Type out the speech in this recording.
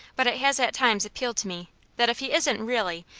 but it has at times appealed to me that if he isn't really,